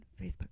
Facebook